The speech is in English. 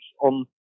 on